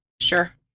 Sure